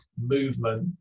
movement